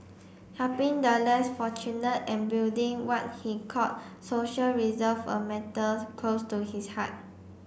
helping the less fortunate and building what he called social reserve were matters close to his heart